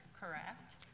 correct